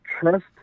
trust